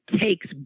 takes